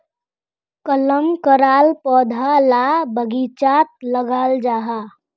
कलम कराल पौधा ला बगिचात लगाल जाहा